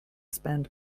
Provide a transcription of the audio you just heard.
spend